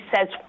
says